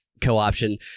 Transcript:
co-option